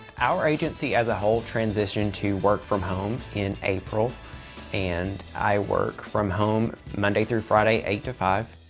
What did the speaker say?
our agency as a whole transitioned to work from home in april and i work from home monday through friday, eight to five.